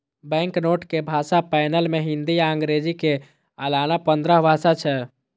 banknote के भाषा panel मे हिंदी आ अंग्रेजी के अलाना पंद्रह भाषा छै